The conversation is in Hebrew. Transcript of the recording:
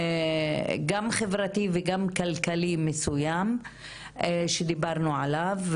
גם חברתי וגם כלכלי מסוים שדיברנו עליו,